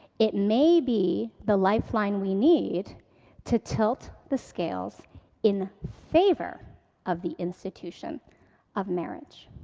it may be the lifeline we need to tilt the scales in favor of the institution of marriage.